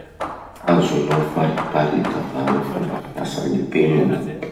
Azonao fariparita va gny fomba fiasan'ny penina?